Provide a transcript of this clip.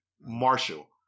Marshall